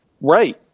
Right